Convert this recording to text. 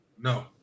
No